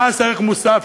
מס ערך מוסף,